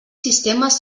sistemes